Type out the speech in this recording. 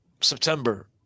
september